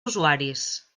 usuaris